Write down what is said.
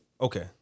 Okay